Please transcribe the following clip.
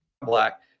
Black